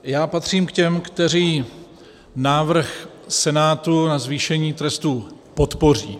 Já patřím k těm, kteří návrh Senátu na zvýšení trestu podpoří.